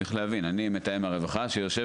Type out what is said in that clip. וצריך להבין שאני מתאם הרווחה שיושב